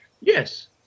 yes